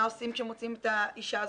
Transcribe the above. מה עושים כשמוצאים את האישה הזאת?